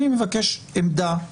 אני מבקש עמדה,